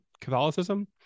Catholicism